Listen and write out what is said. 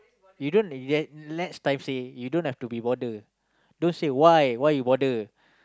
you don't you let let times say you don't have to be bother don't say why why you bother